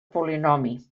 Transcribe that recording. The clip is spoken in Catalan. polinomi